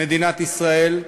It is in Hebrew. מדינת ישראל,